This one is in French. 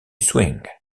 swing